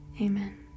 Amen